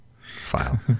file